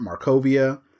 Markovia